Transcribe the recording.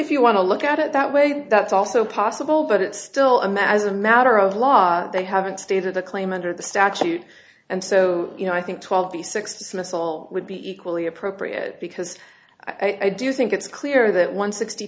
if you want to look at it that way that's also possible but it's still i'm as a matter of law they haven't stated a claim under the statute and so you know i think twelve the six missile would be equally appropriate because i do think it's clear that one sixty